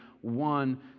one